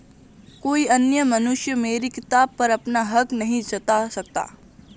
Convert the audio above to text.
कोई अन्य मनुष्य मेरी किताब पर अपना हक नहीं जता सकता